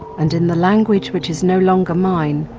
and in the language which is no longer mine,